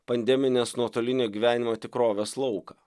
pandeminės nuotolinio gyvenimo tikrovės lauką